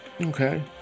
Okay